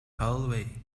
hallway